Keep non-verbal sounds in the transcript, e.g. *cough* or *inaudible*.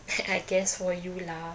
*noise* I guess for you lah